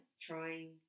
trying